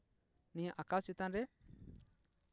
ᱱᱤᱭᱟᱹ ᱟᱸᱠᱟᱣ ᱪᱮᱛᱟᱱ ᱨᱮ